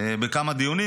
בכמה דיונים,